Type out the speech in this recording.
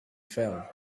fell